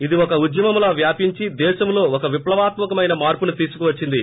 ఇది ఒక ఉద్యమంలా వ్యాపిచి దేశంలో ఒక విప్లవాత్మ కమైన మార్పును తీసుకువచ్చింది